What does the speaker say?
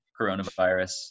coronavirus